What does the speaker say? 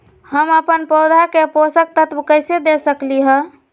हम अपन पौधा के पोषक तत्व कैसे दे सकली ह?